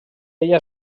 ella